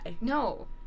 No